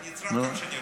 אני אצרח כמה שאני יכול.